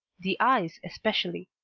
the eyes especially.